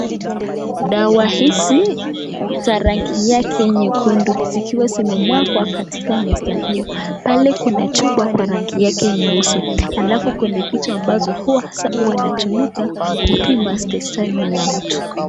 Dawa hizi za rangi yake nyekundu zikiwa zimemwagwa katika meza hiyo pale kuna chupa kwa rangi yake nyeusi alafu kuna kitu ambacho huwa hasa hutumika kupima stesheni ya mtu.